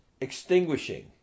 extinguishing